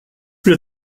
plus